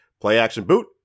play-action-boot